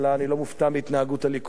אני לא מופתע מהתנהגות הליכוד.